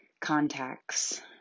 contacts